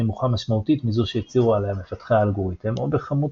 נמוכה משמעותית מזו שהצהירו עליה מפתחי האלגוריתם או בכמות